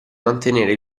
mantenere